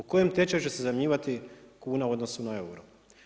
Po kojem tečaju će se zamjenjivati kuna u odnosu na euro?